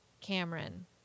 Cameron